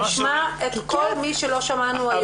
נשמע את כל מי שלא שמענו היום.